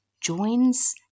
joins